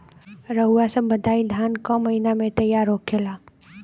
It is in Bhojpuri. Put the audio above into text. रउआ सभ बताई धान क महीना में तैयार होखेला?